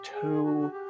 two